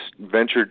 ventured